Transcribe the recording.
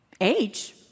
age